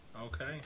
Okay